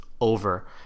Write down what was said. over